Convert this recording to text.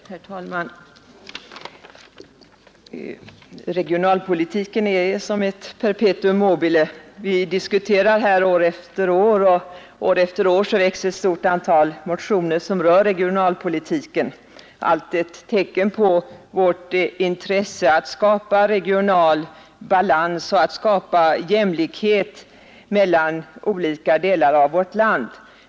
Herr talman! Regionalpolitiken är som ett pepetuum mobile. Vi diskuterar den år efter år, och varje år väcks ett stort antal motioner som rör regionalpolitiken. Allt detta är ett tecken på vårt intresse att skapa regional balans och jämlikhet mellan olika delar av vårt land.